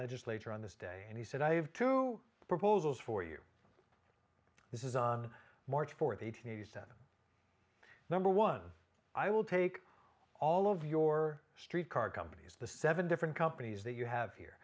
legislature on this day and he said i have two proposals for you this is on march fourth eight hundred eighty seven number one i will take all of your street car companies the seven different companies that you have here